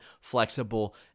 flexible